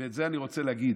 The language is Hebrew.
ואת זה אני רוצה להגיד: